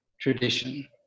tradition